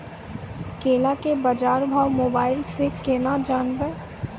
केला के बाजार भाव मोबाइल से के ना जान ब?